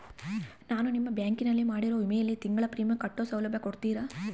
ನಾನು ನಿಮ್ಮ ಬ್ಯಾಂಕಿನಲ್ಲಿ ಮಾಡಿರೋ ವಿಮೆಯಲ್ಲಿ ತಿಂಗಳ ಪ್ರೇಮಿಯಂ ಕಟ್ಟೋ ಸೌಲಭ್ಯ ಕೊಡ್ತೇರಾ?